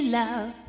love